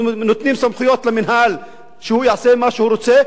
נותנים סמכות למינהל שהוא יעשה מה שהוא רוצה,